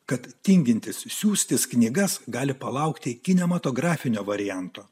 kad tingintis siųstis knygas gali palaukti kinematografinio varianto